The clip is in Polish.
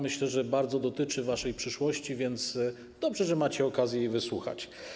Myślę, że dotyczy ona waszej przyszłości, więc dobrze, że macie okazję jej wysłuchać.